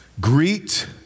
Greet